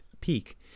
peak